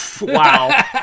Wow